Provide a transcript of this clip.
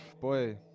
boy